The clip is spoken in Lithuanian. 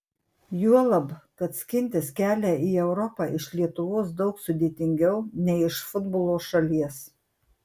juolab kad skintis kelią į europą iš lietuvos daug sudėtingiau nei iš futbolo šalies